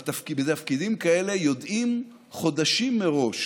בתפקידים כאלה יודעים חודשים מראש